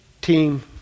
team